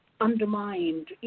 undermined